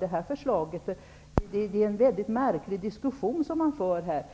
Det är en mycket märklig diskussion som man för i det här